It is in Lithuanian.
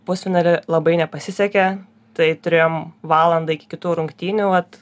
pusfinalyj labai nepasisekė tai turėjom valandą iki kitų rungtynių vat